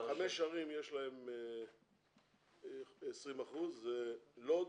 ערים שיש להן 20% - לוד,